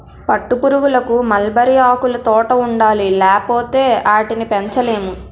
పట్టుపురుగులకు మల్బరీ ఆకులుతోట ఉండాలి లేపోతే ఆటిని పెంచలేము